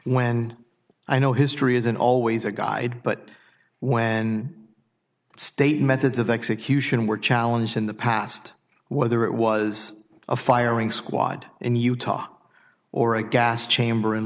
when i know history isn't always a guide but when state methods of execution were challenged in the past whether it was a firing squad in utah or a gas chamber in